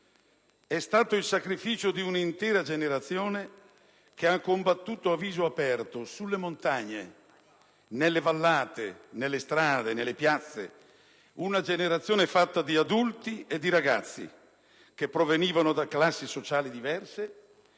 È stato il sacrificio di una intera generazione che ha combattuto a viso aperto, sulle montagne, nelle vallate, nelle strade, nelle piazze; una generazione fatta di adulti e di ragazzi che provenivano da classi sociali diverse,